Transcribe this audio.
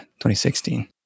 2016